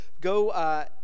go